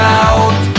out